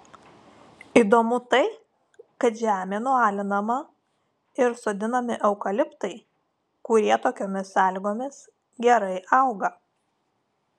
įdomu tai kad žemė nualinama ir sodinami eukaliptai kurie tokiomis sąlygomis gerai auga